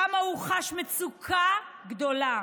כמה הוא חש מצוקה גדולה.